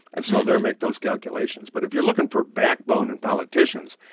and so they're make those calculations. but if you're looking for backbone in politicians,